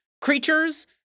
creatures